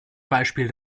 beispiel